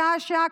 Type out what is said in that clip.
שעה-שעה,